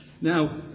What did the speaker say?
Now